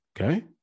Okay